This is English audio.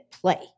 play